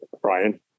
Brian